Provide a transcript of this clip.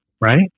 right